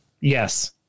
Yes